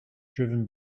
driven